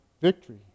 victory